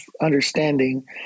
understanding